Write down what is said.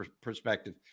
perspective